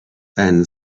and